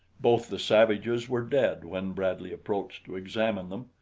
both the savages were dead when bradley approached to examine them,